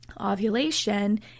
Ovulation